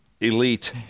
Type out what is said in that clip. Elite